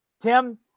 Tim